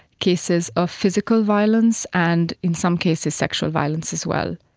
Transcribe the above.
cases of physical violence and in some cases sexual violence as well.